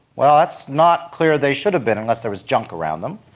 well, it's not clear they should have been unless there was junk around them,